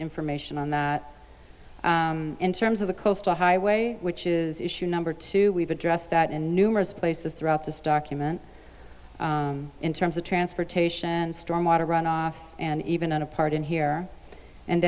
information on that in terms of the coastal highway which is issue number two we've addressed that in numerous places throughout this document in terms of transportation and storm water runoff and even on a part in here and